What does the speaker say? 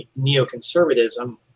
neoconservatism